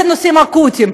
אלה נושאים אקוטיים,